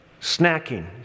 snacking